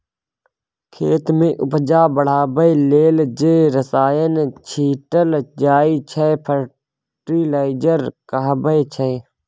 खेत मे उपजा बढ़ाबै लेल जे रसायन छीटल जाइ छै फर्टिलाइजर कहाबै छै